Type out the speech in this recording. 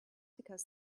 because